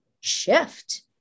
shift